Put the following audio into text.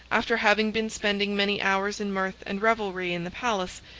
after having been spending many hours in mirth and revelry in the palace,